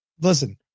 listen